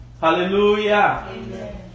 Hallelujah